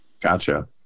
Gotcha